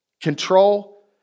control